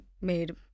made